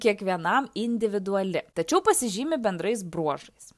kiekvienam individuali tačiau pasižymi bendrais bruožais